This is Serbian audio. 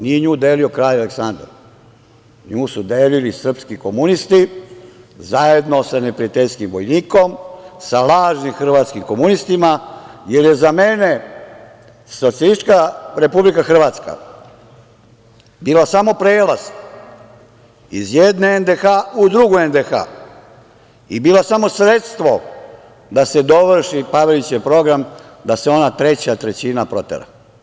Nije nju delio kralj Aleksandar, nju su delili srpski komunisti, zajedno sa neprijateljskim vojnikom, sa lažnim hrvatskim komunistima, jer je za mene Socijalistička Republika Hrvatska bila samo prelaz iz jedne NDH u drugu NDH i bila samo sredstvo da se dovrši Pavelićev program da se ona treća trećina protera.